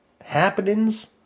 happenings